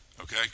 Okay